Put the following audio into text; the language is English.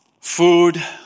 food